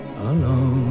alone